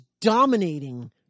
dominating